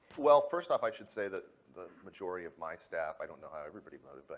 well, first off, i should say that the majority of my staff, i don't know how everybody voted, but